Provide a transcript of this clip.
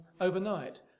overnight